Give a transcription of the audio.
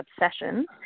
Obsessions